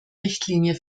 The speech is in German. richtlinie